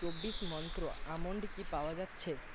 চব্বিশ মন্ত্র আমন্ড কি পাওয়া যাচ্ছে